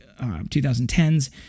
2010s